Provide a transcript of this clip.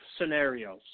scenarios